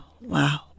wow